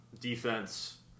Defense